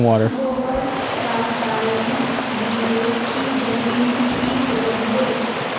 गोबर रासायनिक दिले की जमीन ठिक रोहबे?